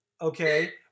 okay